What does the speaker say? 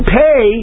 pay